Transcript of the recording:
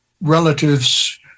relatives